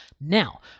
now